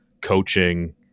coaching